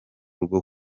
rwo